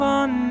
on